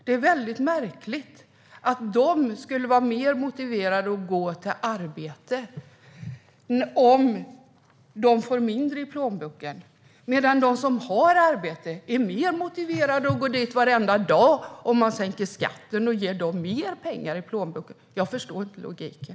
Det är mycket märkligt att sjuka människor ska vara mer motiverade att gå till arbetet om de får mindre i plånboken, medan de som har arbete är mer motiverade att gå dit varenda dag om man sänker skatten och ger dem mer pengar i plånboken. Jag förstår inte logiken.